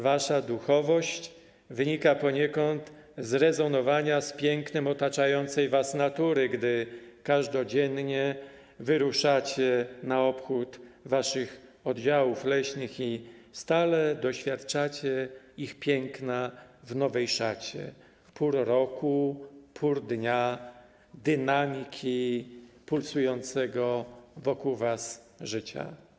Wasza duchowość wynika poniekąd z rezonowania pięknem otaczającej was natury, gdy każdodziennie wyruszacie na obchód waszych oddziałów leśnych i stale doświadczacie ich piękna w nowej szacie pór roku, pór dnia, dynamiki pulsującego wokół was życia.